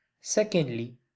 Secondly